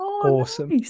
awesome